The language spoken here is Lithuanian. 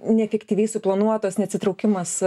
neefektyviai suplanuotas neatsitraukimas